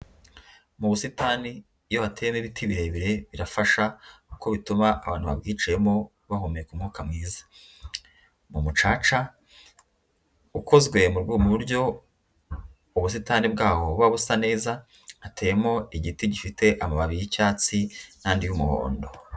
Mu busitani iyo hateyemo ibiti birebire, birafasha kuko bituma abantu babwicayemo bahumeka umwuka mwiza, mu mucaca ukozwe mu buryo ubusitani bwaho buba busa neza, hateyemo igiti gifite amababi y'icyatsi n'andi y'umuhondo.